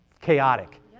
chaotic